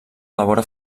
elabora